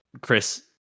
Chris